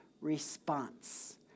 response